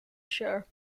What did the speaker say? sure